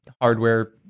hardware